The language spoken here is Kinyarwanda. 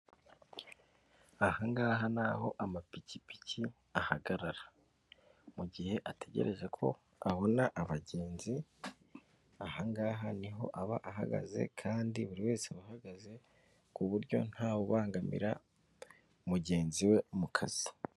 Aha ngaha ni aho amapikipiki ahagarara mu gihe ategereje ko abona abagenzi, aha ngaha niho aba ahagaze kandi buri wese ahagaze ku buryo ntawe ubangamira mugenzi we mu kazi.